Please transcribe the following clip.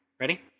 Ready